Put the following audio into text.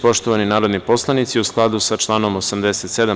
Poštovani narodni poslanici, u skladu sa članom 87.